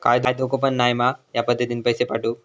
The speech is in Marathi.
काय धोको पन नाय मा ह्या पद्धतीनं पैसे पाठउक?